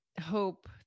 hope